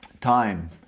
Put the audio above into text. Time